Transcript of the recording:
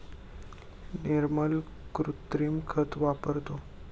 निर्मल कृत्रिम खत वापरतो